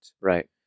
Right